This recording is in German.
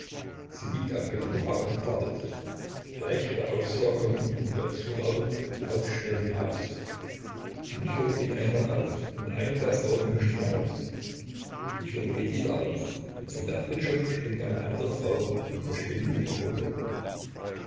sie liegt auf ihrem lager und wartet gleich wird der aufseher kommen und ihr zuraunen lauf schnell hinaus die türe geht einmal auf und eine der frauen huscht hinaus die türe geht wieder auf und von der pritsche springt eine andere frau und verschwindet im